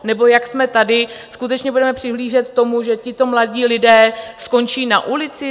Nebo, jak jsme tady, skutečně budeme přihlížet tomu, že tito mladí lidé skončí na ulici?